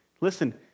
Listen